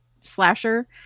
slasher